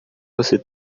você